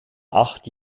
acht